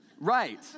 right